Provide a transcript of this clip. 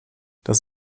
das